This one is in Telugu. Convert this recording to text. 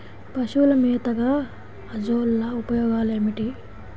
పశువుల మేతగా అజొల్ల ఉపయోగాలు ఏమిటి?